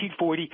1940